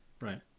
Right